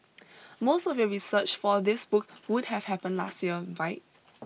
most of your research for this book would have happened last year right